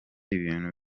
ibintu